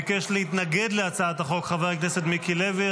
ביקש להתנגד להצעת החוק חבר הכנסת מיקי לוי.